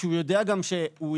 כשהוא יודע גם שהוא,